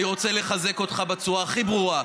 אני רוצה לחזק אותך בצורה הכי ברורה.